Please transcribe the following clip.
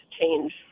change